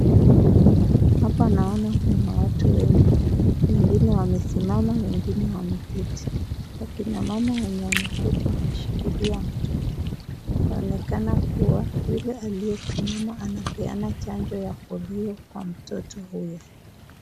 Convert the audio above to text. Hapa naona kuna watu wengi, wengine wamesimama wengine wameketi. Akina mama wenye wameketi wameshikilia mtoto inaonekana kuwa yule aliyesimama anapeana chanjo ya polio kwa mtoto huyo.